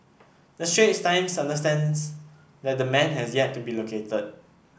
the Straits Times understands that the man has yet to be located